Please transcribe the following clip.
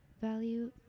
value